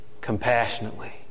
compassionately